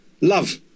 love